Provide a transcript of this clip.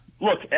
look